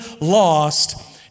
lost